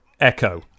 Echo